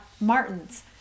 Martin's